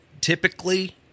typically—